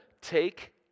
take